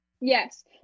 Yes